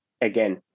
again